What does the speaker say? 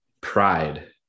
pride